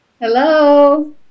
Hello